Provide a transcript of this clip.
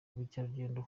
ubukerarugendo